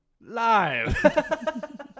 Live